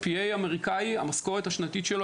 המשכורת שלנו